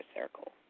circle